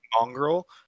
mongrel